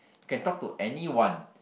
can talk to anyone